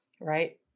Right